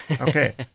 Okay